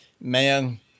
man